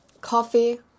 Coffee